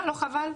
לא חבל?